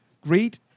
great